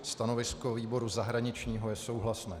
Stanovisko výboru zahraničního je souhlasné.